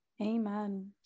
amen